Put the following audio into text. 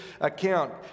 account